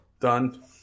Done